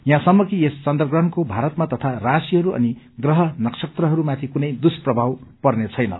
यहाँसम्म कि यस चन्द्रग्रहणको भारतमा तथा राशीहरू अनि ग्रह नक्षत्रहरूमाथि कुनै दुष्प्रभाव पर्नेछैन